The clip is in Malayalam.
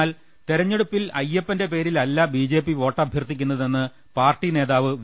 എന്നാൽ തെരഞ്ഞെടുപ്പിൽ അയ്യപ്പന്റെ പേരിലല്ല ബിജെപി വോട്ട ഭ്യർത്ഥിക്കുന്നതെന്ന് പാർട്ടി നേതാവ് വി